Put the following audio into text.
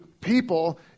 people